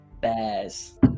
bears